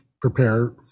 prepare